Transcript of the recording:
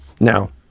Now